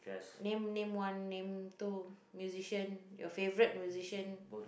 name name one name two musician your favourite musician